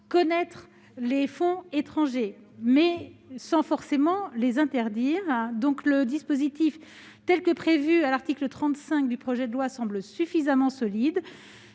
connaître les fonds étrangers, mais sans forcément les interdire, le dispositif prévu à l'article 35 du projet de loi semble suffisamment solide.